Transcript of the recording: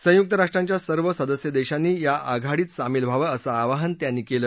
संयुक राष्ट्रांच्या सर्व सदस्य देशांनी या आघाडीत सामील व्हावं असं आवाहन त्यांनी केलं